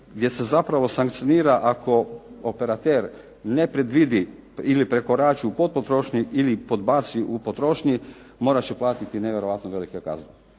gdje se zapravo sankcionira ako operater ne predvidi ili prekorači po potrošnji ili podbaci u potrošnji morati će platiti nevjerojatno velike kazne.